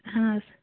اَہَن حظ